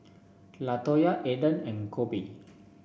Latoya Aiden and Koby